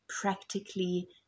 practically